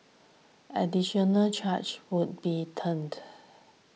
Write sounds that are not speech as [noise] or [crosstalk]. additional charges would be [unintelligible]